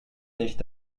nicht